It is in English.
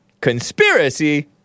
Conspiracy